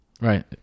Right